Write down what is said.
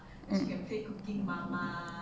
um